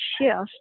shift